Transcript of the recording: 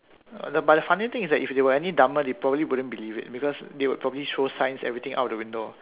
uh but the funny thing is that if they were any dumber they probably wouldn't believe it because they would probably throw science everything out of the window